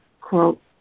quote